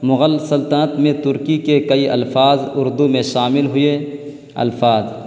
مغل سلطنت میں ترکی کے کئی الفاظ اردو میں شامل ہویے الفاظ